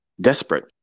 desperate